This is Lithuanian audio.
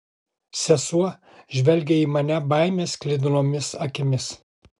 sesuo žvelgė į mane baimės sklidinomis akimis